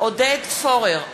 עודד פורר,